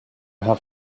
have